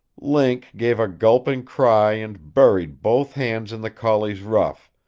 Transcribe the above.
link gave a gulping cry and buried both hands in the collie's ruff,